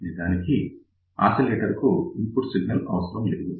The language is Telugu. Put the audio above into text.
నిజానికి ఆసిలేటర్ కు ఇన్పుట్ సిగ్నల్ అవసరం లేదు